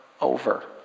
over